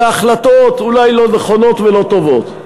שההחלטות אולי לא נכונות ולא טובות.